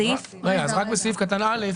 בסעיף קטן (א),